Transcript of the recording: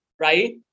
right